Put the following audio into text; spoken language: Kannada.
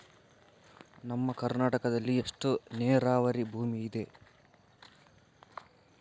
ನಮ್ಮ ಕರ್ನಾಟಕದಲ್ಲಿ ಎಷ್ಟು ನೇರಾವರಿ ಭೂಮಿ ಇದೆ?